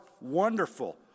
wonderful